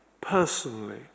personally